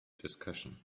discussion